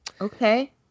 okay